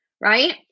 Right